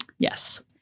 Yes